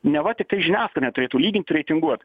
neva tiktai žiniasklaida neturėtų lygint reitinguot